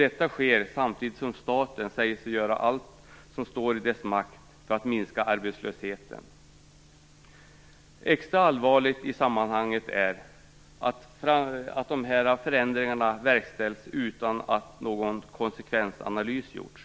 Detta sker samtidigt som staten säger sig göra allt som står i dess makt för att minska arbetslösheten. Extra allvarligt i sammanhanget är att dessa förändringar verkställs utan att någon konsekvensanalys har gjorts.